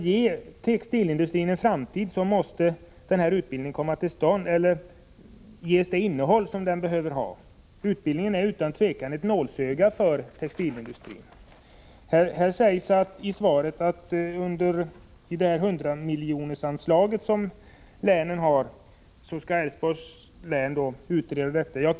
Om textilindustrin skall ha en framtid måste denna utbildning ges det innehåll som krävs. Utbildningen är utan tvivel ett nålsöga för textilindustrin. Det sägs i svaret att Älvsborgs län skall få medel till en utredning från 100-miljonersanslaget.